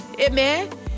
Amen